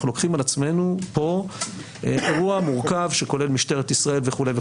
אנחנו לוקחים על עצמנו פה אירוע מורכב שכולל את משטרת ישראל וכולי,